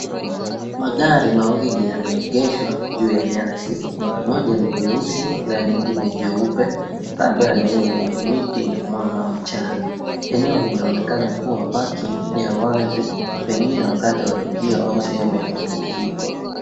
Magari mawili yameegeshwa juu ya nyasi, moja ni jeusi na lingine jeupe kando ya eneo lenye miti na mwanga wa mchana. Eneo linaonekana kuwa parking ya wazi pengine wakati wa tukio au sehemu ya mapumziko.